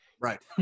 right